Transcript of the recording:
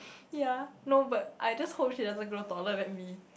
ya no but I just hope she doesn't grow taller than me